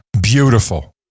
Beautiful